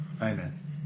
Amen